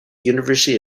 university